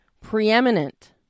preeminent